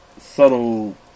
subtle